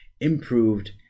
improved